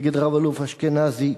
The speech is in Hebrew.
נגד רב-אלוף אשכנזי,